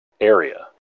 area